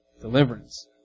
Deliverance